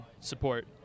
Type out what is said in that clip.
support